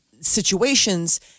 situations